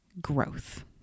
growth